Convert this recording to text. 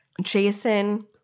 Jason